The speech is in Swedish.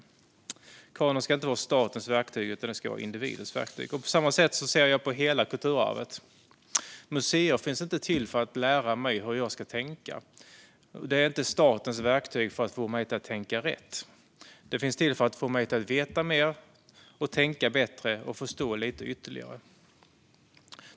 En kanon ska inte vara statens verktyg, utan den ska vara individens verktyg. På samma sätt ser jag på hela kulturarvet: Museer finns inte till för att lära mig hur jag ska tänka. De är inte statens verktyg för att få mig att tänka rätt, utan de finns till för att få mig att veta mer, tänka bättre och förstå lite ytterligare.